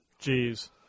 Jeez